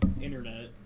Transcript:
internet